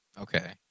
Okay